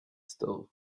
still